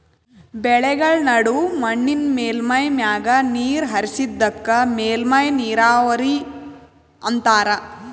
ಬೆಳೆಗಳ್ಮ ನಡು ಮಣ್ಣಿನ್ ಮೇಲ್ಮೈ ಮ್ಯಾಗ ನೀರ್ ಹರಿಸದಕ್ಕ ಮೇಲ್ಮೈ ನೀರಾವರಿ ಅಂತಾರಾ